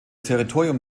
territorium